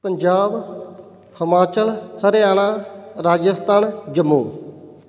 Punjab Himachal Haryana Rajasthan Jammu